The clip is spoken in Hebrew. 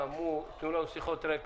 תנו לנו רקע.